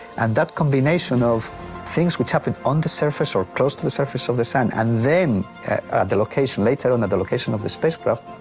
and that combination of things which happen on the surface or close to the surface of the sun, and then the location later on the the location of the spacecraft.